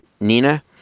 Nina